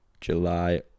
July